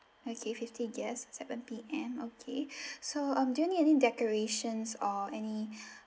okay fifty guests seven P_M okay so um do you need any decorations or any